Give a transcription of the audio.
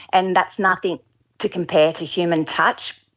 and that's nothing to compare to human touch.